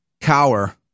cower